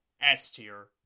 S-tier